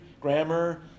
grammar